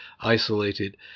isolated